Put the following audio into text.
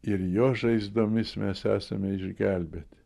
ir jo žaizdomis mes esame išgelbėti